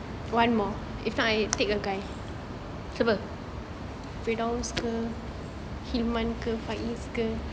siapa